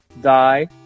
Die